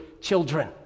children